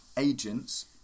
agents